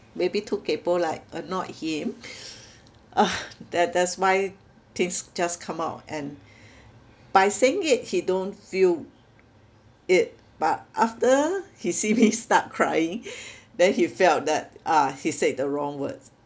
maybe too kaypoh like annoyed him tha~ that's why things just come out and by saying it he don't feel it but after he see me start crying then he felt that uh he said the wrong words